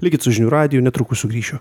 likit su žinių radiju netrukus sugrįšiu